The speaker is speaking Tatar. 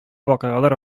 вакыйгалар